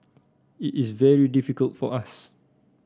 it is very difficult for us